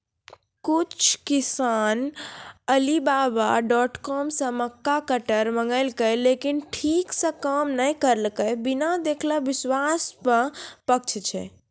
कुछ किसान Alibaba dot com से मक्का कटर मंगेलके लेकिन ठीक से काम नेय करलके, बिना देखले विश्वास पे प्रश्न छै?